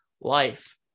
life